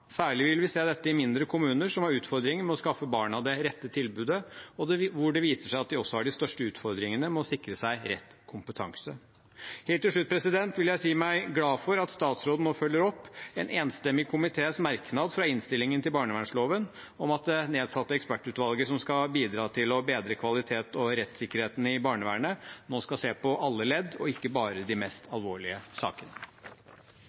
vil vi se dette i mindre kommuner som har utfordringer med å skaffe barna det rette tilbudet, og hvor det viser seg at de også har de største utfordringene med å sikre seg rett kompetanse. Helt til slutt vil jeg si meg glad for at statsråden nå følger opp en enstemmig komités merknad fra innstillingen til barnevernsloven om at det nedsatte ekspertutvalget som skal bidra til å bedre kvaliteten og rettssikkerheten i barnevernet, nå skal se på alle ledd og ikke bare de mest alvorlige sakene.